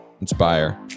inspire